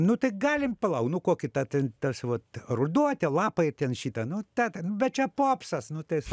nu tai galim palaukt nu kokį tą ten tas vat ruduo tie lapai ten šitą nu tą ten bet čia popsas nu tai su